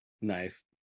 Nice